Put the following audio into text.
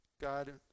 God